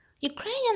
Ukrainian